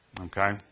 Okay